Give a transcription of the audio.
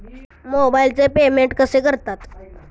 मोबाइलचे पेमेंट कसे करतात?